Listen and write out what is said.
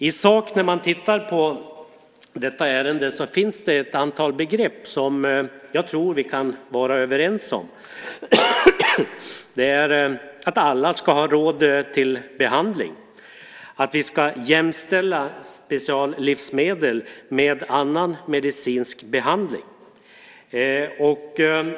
I sak, när man tittar på detta ärende, finns det ett antal begrepp som jag tror att vi kan vara överens om. Det är att alla ska ha råd med behandling. Vi ska jämställa speciallivsmedel med annan medicinsk behandling.